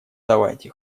давайте